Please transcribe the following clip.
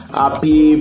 happy